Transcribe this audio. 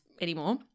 anymore